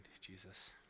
Jesus